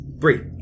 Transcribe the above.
Three